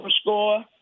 score